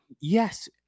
Yes